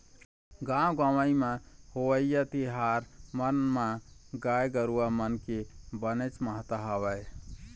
गाँव गंवई म होवइया तिहार मन म गाय गरुवा मन के बनेच महत्ता हवय